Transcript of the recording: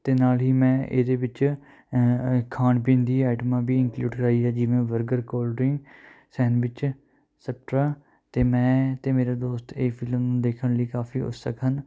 ਅਤੇ ਨਾਲ ਹੀ ਮੈਂ ਇਹਦੇ ਵਿੱਚ ਅ ਖਾਣ ਪੀਣ ਦੀ ਆਈਟਮਾਂ ਵੀ ਇੰਕਲੂਡ ਕਰਵਾਈ ਹੈ ਜਿਵੇਂ burger cold drink sandwich etcetera ਅਤੇ ਮੈਂ ਅਤੇ ਮੇਰਾ ਦੋਸਤ ਇਹ ਫਿਲਮ ਦੇਖਣ ਲਈ ਕਾਫੀ ਉਤਸਕ ਹਨ